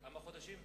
כמה חודשים?